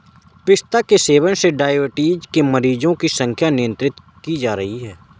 पिस्ता के सेवन से डाइबिटीज के मरीजों की संख्या नियंत्रित की जा रही है